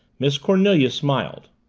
miss cornelia smiled.